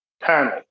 panel